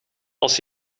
als